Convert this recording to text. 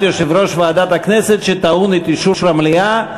יושב-ראש ועדת הכנסת שטעון אישור המליאה.